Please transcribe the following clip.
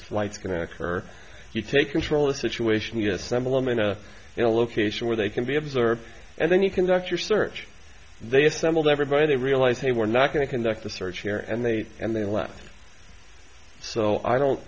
flights going to occur you take control of the situation to assemble them in a location where they can be observed and then you conduct your search they assembled everybody they realized they were not going to conduct a search here and they and they left so i don't